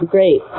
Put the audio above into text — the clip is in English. Great